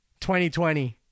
2020